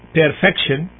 perfection